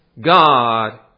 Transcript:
God